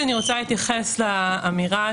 אני רוצה להתייחס לאמירה,